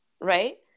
Right